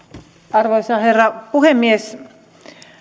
arvoisa herra puhemies